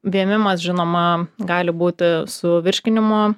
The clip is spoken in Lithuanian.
vėmimas žinoma gali būti su virškinimo